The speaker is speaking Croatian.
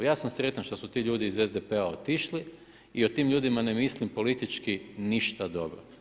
Ja sam sretan što su ti ljudi iz SDP-a otišli i o tim ljudima ne mislim politički ništa dobro.